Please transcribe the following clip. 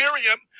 Miriam